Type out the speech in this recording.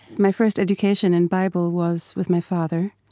my first education in bible was with my father.